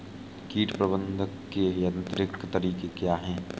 कीट प्रबंधक के यांत्रिक तरीके क्या हैं?